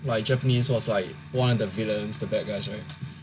like Japanese was like one of the villains the bad guys right